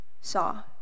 saw